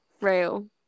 Real